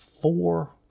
four